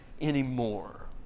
anymore